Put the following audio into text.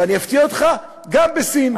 ואני אפתיע אותך: גם בסין.